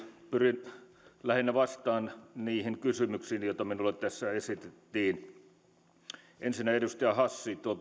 pyrin lähinnä vastaamaan niihin kysymyksiin joita minulle tässä esitettiin ensinnä edustaja hassille tuo